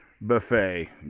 buffet